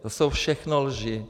To jsou všechno lži.